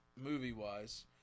movie-wise